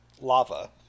Lava